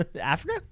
Africa